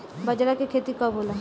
बजरा के खेती कब होला?